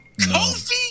Kofi